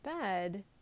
bed